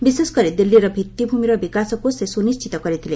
ବିଶେଷକରି ଦିଲ୍କୀର ଭିଭିଭୂମିର ବିକାଶକୁ ସେ ସୁନିିି୍କିତ କରିଥିଲେ